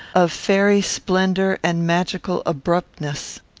of fairy splendour and magical abruptness.